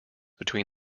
between